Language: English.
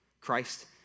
Christ